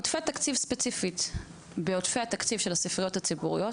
עודפת תקציב ספציפית בעודפי התקציב של הספריות הציבוריות,